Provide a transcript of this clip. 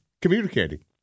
communicating